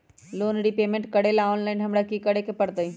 Loan repayment करेला online हमरा की करे के परतई?